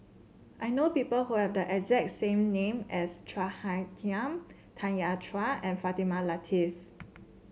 I know people who have the exact same name as Chua Hai Tanya Chua and Fatimah Lateef